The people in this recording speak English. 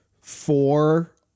four